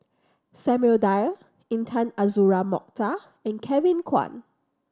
Samuel Dyer Intan Azura Mokhtar and Kevin Kwan